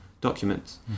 documents